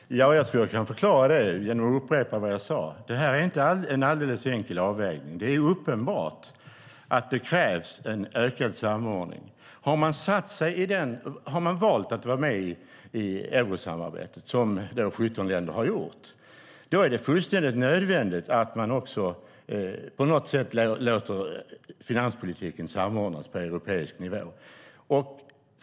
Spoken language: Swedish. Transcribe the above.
Herr talman! Jag tror att jag kan förklara detta genom att upprepa vad jag sade. Det här är inte en alldeles enkel avvägning. Det är uppenbart att det krävs en ökad samordning. Har man valt att vara med i eurosamarbetet, vilket 17 länder har gjort, är det fullständigt nödvändigt att man också på något sätt låter finanspolitiken samordnas på europeisk nivå.